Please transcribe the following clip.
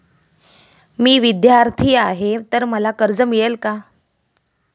मी विद्यार्थी आहे तर मला कर्ज मिळेल का?